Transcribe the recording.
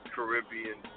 Caribbean